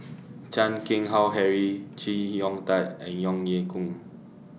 Chan Keng Howe Harry Chee Hong Tat and Ong Ye Kung